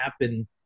happen